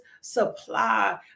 supply